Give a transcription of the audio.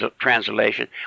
translation